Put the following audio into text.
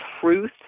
truth